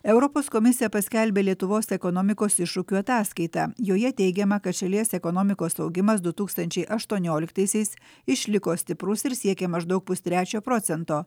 europos komisija paskelbė lietuvos ekonomikos iššūkių ataskaitą joje teigiama kad šalies ekonomikos augimas du tūkstančiai aštuonioliktaisiais išliko stiprus ir siekė maždaug pustrečio procento